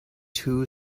two